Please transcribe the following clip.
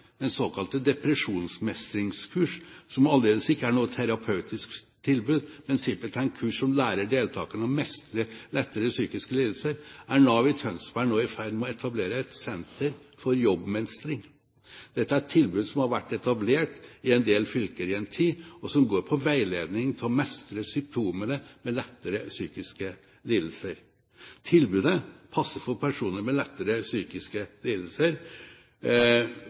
såkalte depresjonsmestringskurs, som aldeles ikke er noe terapeutisk tilbud, men simpelthen kurs som lærer deltakerne å mestre lettere psykiske lidelser, er Nav i Tønsberg nå i ferd med å etablere et senter for jobbmestring. Dette er et tilbud som har vært etablert i en del fylker i en tid, og som går på veiledning i å mestre symptomer på lettere psykiske lidelser. Tilbudet passer for personer med lettere psykiske